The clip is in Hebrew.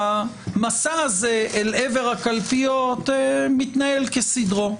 המסע הזה אל עבר הקלפיות מתנהל כסדרו.